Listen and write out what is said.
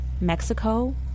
Mexico